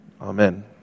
Amen